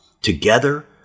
Together